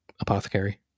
apothecary